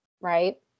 Right